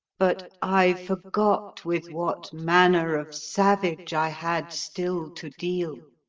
but i forgot with what manner of savage i had still to deal.